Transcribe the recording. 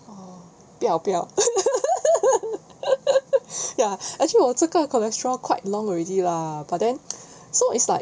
oh 不要不要 ya actually 我这个 cholesterol quite long already lah but then so it's like